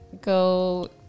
go